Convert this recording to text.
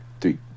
three